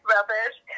Rubbish